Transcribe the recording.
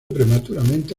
prematuramente